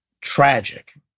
tragic